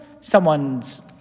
someone's